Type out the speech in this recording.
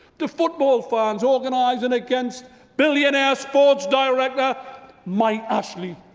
to football fans, organising against billion ah sports direction mike ashly.